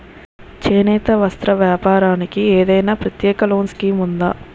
చేనేత వస్త్ర వ్యాపారానికి ఏదైనా ప్రత్యేక లోన్ స్కీం ఉందా?